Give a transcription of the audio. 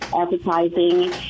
advertising